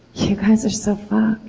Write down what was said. you guys are so fucked.